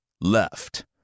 Left